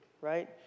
right